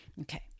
Okay